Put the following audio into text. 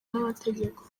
n’amategeko